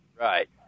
Right